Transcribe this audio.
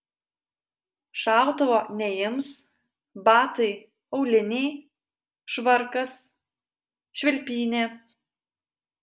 šautuvo neims batai auliniai švarkas švilpynė